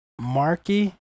Marky